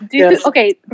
Okay